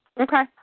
okay